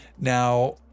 Now